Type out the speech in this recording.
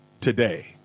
today